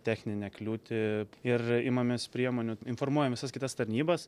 techninę kliūtį ir imamės priemonių informuojam visas kitas tarnybas